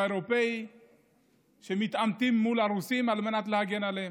האירופי מתעמתים מול הרוסים על מנת להגן עליהם.